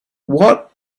what